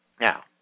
Now